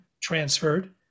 transferred